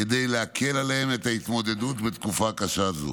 כדי להקל עליהם את ההתמודדות בתקופה קשה זו.